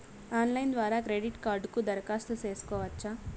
Online ద్వారా credit కార్డుకు దరఖాస్తు సేసుకోవచ్చా?